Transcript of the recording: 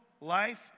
life